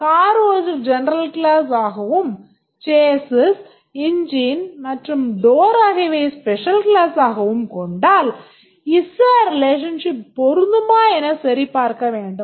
Car ஒரு general class ஆகவும் chasis engine மற்றும் door ஆகியவை ஸ்பெஷல் class ஆகவும் கொண்டால் ISA relationship பொருந்துமா எனச் சரி பார்க்க வேண்டும்